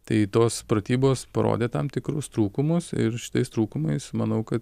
tai tos pratybos parodė tam tikrus trūkumus ir šitais trūkumais manau kad